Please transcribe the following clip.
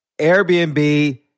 Airbnb